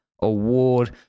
award